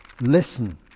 listen